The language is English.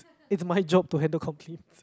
it's my job to handle complaints